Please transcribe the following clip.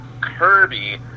Kirby